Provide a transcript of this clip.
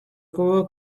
kuba